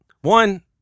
one